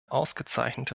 ausgezeichnete